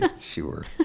Sure